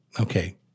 Okay